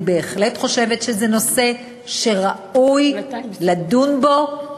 אני בהחלט חושבת שזה נושא שראוי לדון בו,